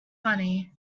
funny